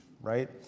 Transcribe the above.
Right